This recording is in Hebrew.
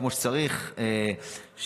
כמו שצריך,